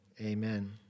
amen